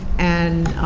and